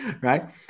right